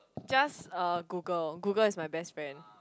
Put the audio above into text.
just uh Google Google is my best friend